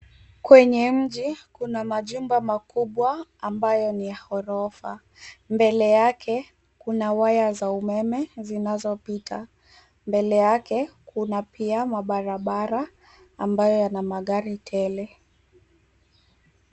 Kwenye mji kuna majumba makubwa ambayo ni ya ghorofa, mbele yake kuna waya za umeme zinazopita. Mbele yakekuna pia barabara anabayo yana magari tele.